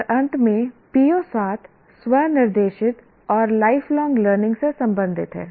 और अंत में PO7 स्व निर्देशित और लाइफ लोंग लर्निंग से संबंधित है